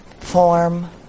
form